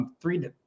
three